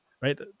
right